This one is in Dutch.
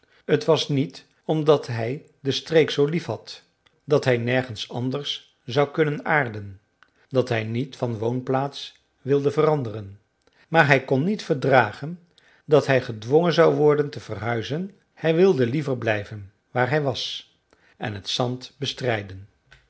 t was niet omdat hij de streek zoo liefhad dat hij nergens anders zou kunnen aarden dat hij niet van woonplaats wilde veranderen maar hij kon niet verdragen dat hij gedwongen zou worden te verhuizen hij wilde liever blijven waar hij was en het zand bestrijden